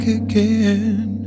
again